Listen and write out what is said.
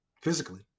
physically